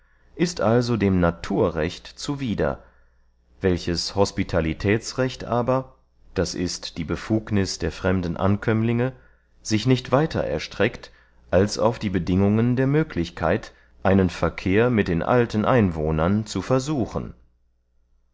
ist also dem naturrecht zuwider welches hospitalitätsrecht aber d i die befugnis der fremden ankömmlinge sich nicht weiter erstreckt als auf die bedingungen der möglichkeit einen verkehr mit den alten einwohnern zu versuchen